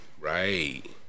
right